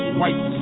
white